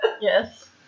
Yes